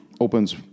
opens